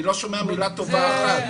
אני לא שומע מילה טובה אחת.